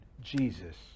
Jesus